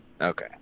Okay